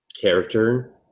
character